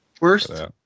worst